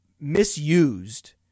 misused